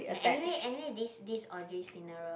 ya anyway anyway this this Audrey's funeral